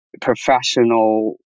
professional